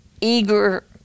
eager